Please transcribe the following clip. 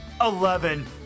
Eleven